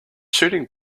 shooting